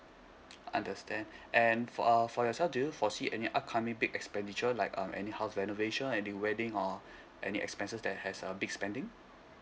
understand and for err for yourself do you foresee any upcoming big expenditure like um any house renovation any wedding or any expenses that has a big spending